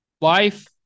life